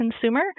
consumer